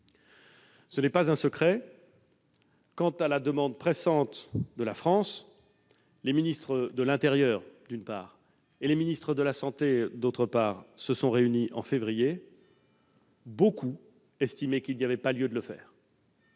Ce n'est pas un secret : quand, à la demande pressante de la France, les ministres de l'intérieur, d'une part, et les ministres de la santé, d'autre part, se sont réunis en février, beaucoup estimaient qu'il n'y avait pas lieu de le faire.